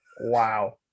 Wow